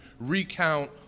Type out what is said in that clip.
recount